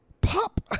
pop